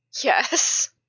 Yes